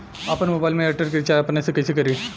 आपन मोबाइल में एयरटेल के रिचार्ज अपने से कइसे करि?